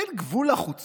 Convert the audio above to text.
אין גבול לחוצפה?